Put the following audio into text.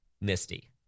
Misty